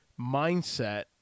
mindset